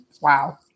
wow